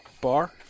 bar